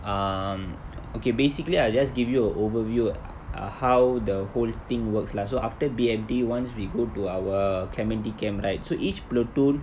um okay basically I just give you a overview a~ ah how the whole thing works lah so after B_M_T once we go to our clementi camp right so each platoon